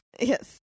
Yes